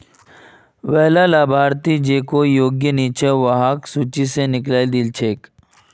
वैला लाभार्थि जेको योग्य नइ छ वहाक सूची स निकलइ दिल छेक